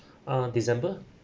ah december